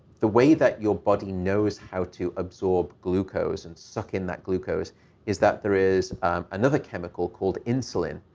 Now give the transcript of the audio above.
the way that your body knows how to absorb glucose and suck in that glucose is that there is another chemical called insulin,